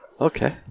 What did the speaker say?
Okay